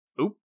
oop